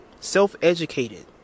Self-educated